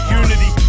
unity